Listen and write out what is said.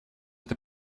это